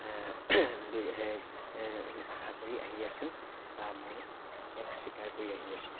বিবি আশা কৰি আহি আছোঁ বা মই ইয়াক স্বীকাৰ কৰি আহি আছোঁ